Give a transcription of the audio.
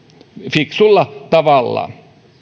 fiksulla tavalla